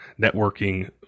networking